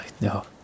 No